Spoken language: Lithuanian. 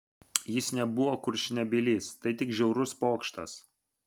jis nebuvo kurčnebylis tai tik žiaurus pokštas